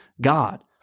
God